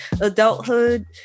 adulthood